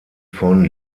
von